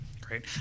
Great